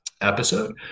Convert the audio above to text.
episode